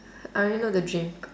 I only know the drink